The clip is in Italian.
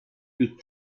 più